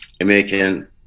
american